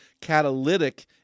catalytic